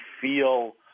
feel